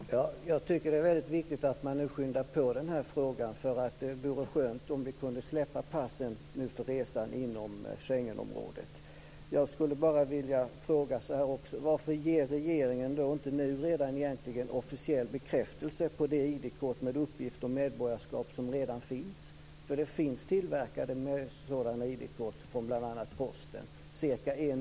Fru talman! Jag tycker att det är väldigt viktigt att man nu skyndar på den här frågan. Det vore skönt om vi kunde släppa passen för resande inom Schengenområdet. Jag skulle vilja ställa ytterligare en fråga. Varför ger inte regeringen redan nu officiell bekräftelse när det gäller det ID-kort med uppgift om medborgarskap som redan finns? Det finns ca 1 miljon sådana ID kort tillverkade av bl.a. Posten.